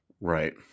Right